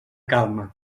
calma